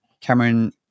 Cameron